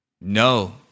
No